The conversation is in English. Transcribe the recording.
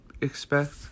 expect